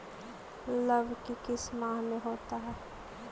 लव की किस माह में होता है?